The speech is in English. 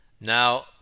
Now